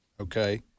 okay